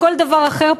או כל דבר אחר,